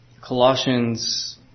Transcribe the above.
Colossians